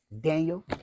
Daniel